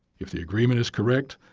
if the agreement is correct,